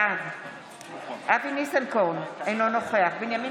בעד אבי ניסנקורן, אינו נוכח בנימין